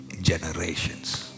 generations